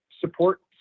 support